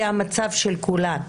זה המצב של כולן,